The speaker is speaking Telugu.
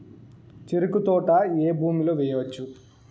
చెరుకు తోట ఏ భూమిలో వేయవచ్చు?